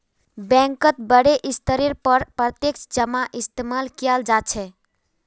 बैंकत बडे स्तरेर पर प्रत्यक्ष जमाक इस्तेमाल कियाल जा छे